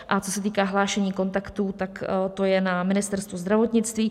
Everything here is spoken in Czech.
A co se týká hlášení kontaktů, tak to je na Ministerstvu zdravotnictví.